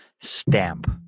stamp